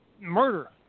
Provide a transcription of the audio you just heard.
murder